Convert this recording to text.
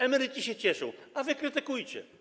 Emeryci się cieszą, a wy krytykujcie.